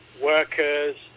workers